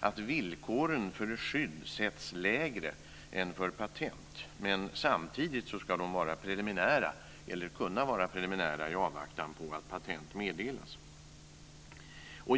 och att villkoren för ett skydd sätts lägre än för patent. Men samtidigt ska de vara preliminära eller kunna vara preliminära i avvaktan på att patent meddelas.